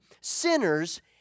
sinners